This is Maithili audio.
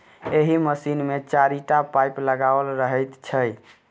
एहि मशीन मे चारिटा पाइप लगाओल रहैत छै